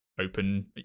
open